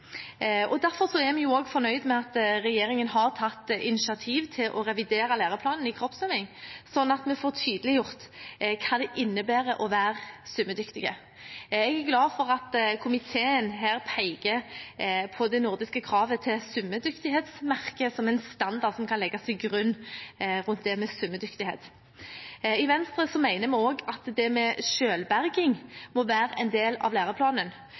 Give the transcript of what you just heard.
skolen. Derfor er vi også fornøyde med at regjeringen har tatt initiativ til å revidere læreplanen i kroppsøving sånn at vi får tydeliggjort hva det innebærer å være svømmedyktig. Jeg er glad for at komiteen her peker på det nordiske kravet til svømmedyktighetsmerket som en standard som kan legges til grunn for det med svømmedyktighet. I Venstre mener vi også at det med selvberging må være en del av